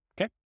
Okay